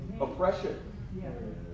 oppression